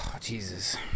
Jesus